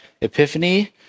epiphany